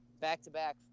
back-to-back